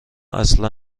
اصلا